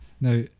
Now